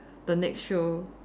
the next show